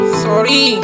sorry